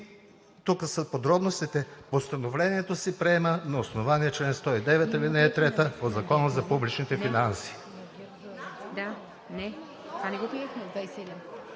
Тук са и подробностите – Постановлението се приема на основание чл. 109, ал. 3, от Закона за публичните финанси.